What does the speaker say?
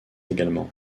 également